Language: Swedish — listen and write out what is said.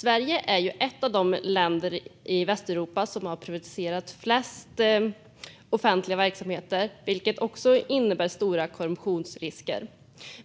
Sverige är ett av de länder i Västeuropa som har privatiserat flest offentliga verksamheter, vilket innebär stora korruptionsrisker.